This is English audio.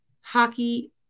hockey